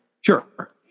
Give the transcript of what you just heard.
Sure